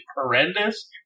horrendous